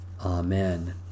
Amen